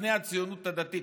בני הציונות הדתית,